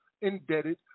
indebted